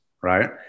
Right